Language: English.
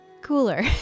cooler